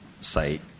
site